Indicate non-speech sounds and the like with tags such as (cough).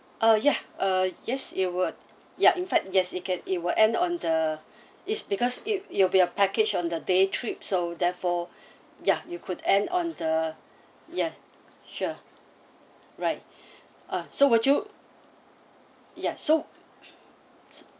uh ya uh yes it would ya in fact yes it can it will end on the it's because it it'll be a package on the day trip so therefore (breath) ya you could end on the yes sure right (breath) uh so would you ya so so